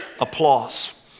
applause